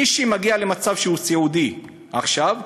מי שמגיע למצב שהוא סיעודי עכשיו,